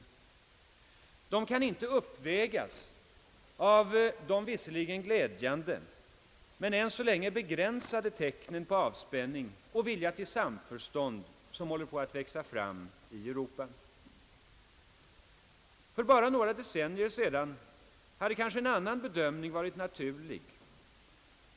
De kan inte uppvägas av de visserligen glädjande men än så länge begränsade tecknen på avspänning och vilja till samförstånd som håller på att växa fram i Europa. För bara några decennier sedan hade kanske en annan bedömning varit naturlig.